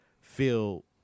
feel